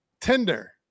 Tinder